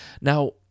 Now